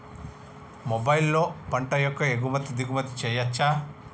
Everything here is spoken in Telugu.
మొబైల్లో పంట యొక్క ఎగుమతి దిగుమతి చెయ్యచ్చా?